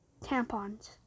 tampons